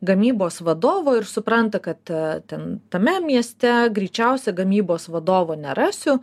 gamybos vadovo ir supranta kad ten tame mieste greičiausiai gamybos vadovo nerasiu